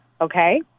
okay